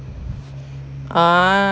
ah